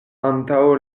antaŭ